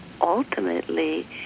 ultimately